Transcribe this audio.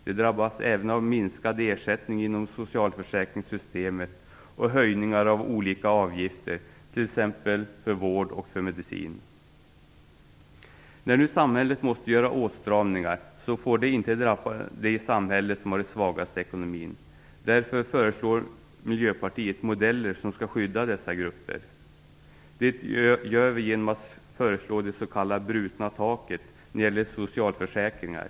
De drabbas även av minskade ersättningar inom socialförsäkringssystemet och av höjningar av olika avgifter. t.ex. för vård och medicin. När nu samhället måste göra åtstramningar får det inte drabba de i samhället som har den svagaste ekonomin. Därför föreslår Miljöpartiet en modell som skall skydda dessa grupper, det s.k. brutna taket i socialförsäkringarna.